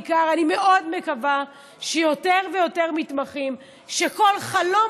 אני מאוד מקווה שיותר ויותר מתמחים שכל חלום